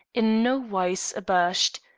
in no wise abashed,